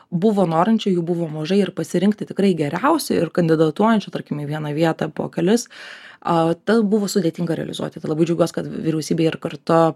buvo norinčiųjų buvo mažai ir pasirinkti tikrai geriausią ir kandidatuojančių tarkim į vieną vietą po kelis tad buvo sudėtinga realizuoti tai labai džiaugiuos kad vyriausybė ir kartu